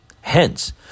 Hence